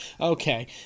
Okay